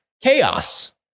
chaos